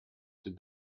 did